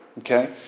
Okay